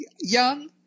young